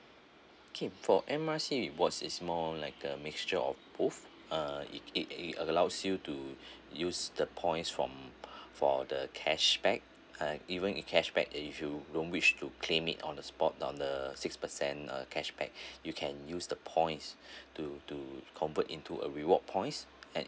okay for M R C rewards is more like a mixture of both uh it it it allows you to use the points from for the cashback uh even with cashback if you don't wish to claim it on the spot on the six percent uh cashback you can use the points to to convert into a reward points and